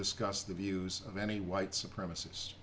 discuss the views of any white supremacist